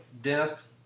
death